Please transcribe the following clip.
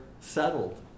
settled